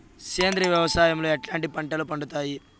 సేంద్రియ వ్యవసాయం లో ఎట్లాంటి పంటలు పండుతాయి